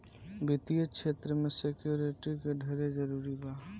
वित्तीय क्षेत्र में सिक्योरिटी के ढेरे जरूरी बा